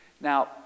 Now